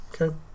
Okay